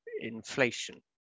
inflation